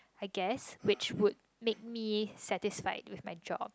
I guess which would make me satisfied with my job